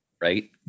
right